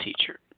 teacher